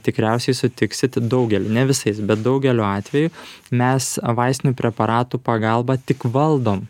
tikriausiai sutiksit daugeliu ne visais bet daugeliu atveju mes vaistinių preparatų pagalba tik valdom